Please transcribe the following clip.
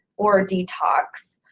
or detox,